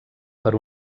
per